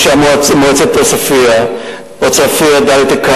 ראשי מועצת עוספיא ודאלית-אל-כרמל,